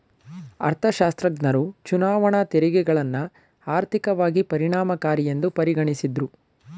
ಅರ್ಥಶಾಸ್ತ್ರಜ್ಞರು ಚುನಾವಣಾ ತೆರಿಗೆಗಳನ್ನ ಆರ್ಥಿಕವಾಗಿ ಪರಿಣಾಮಕಾರಿಯೆಂದು ಪರಿಗಣಿಸಿದ್ದ್ರು